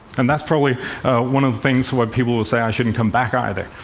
and that's probably one of the things where people will say i shouldn't come back, either.